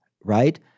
right